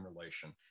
relation